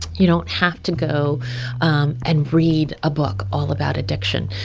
you don't have to go um and read a book all about addiction.